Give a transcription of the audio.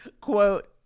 Quote